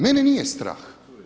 Mene nije strah.